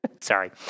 Sorry